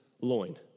loin